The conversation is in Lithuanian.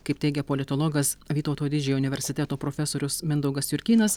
kaip teigia politologas vytauto didžiojo universiteto profesorius mindaugas jurkynas